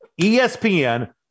ESPN